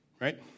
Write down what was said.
right